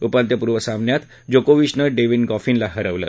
उपांत्यपूर्व सामन्यात जोकोविचनं डेव्हिन गॉफिनला हरवलं